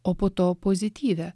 o po to pozityvią